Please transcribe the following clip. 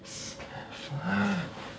fine